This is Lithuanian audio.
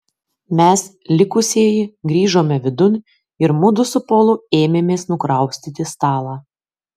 mes likusieji grįžome vidun ir mudu su polu ėmėmės nukraustyti stalą